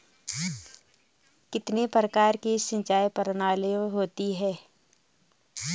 कितने प्रकार की सिंचाई प्रणालियों होती हैं?